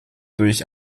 durch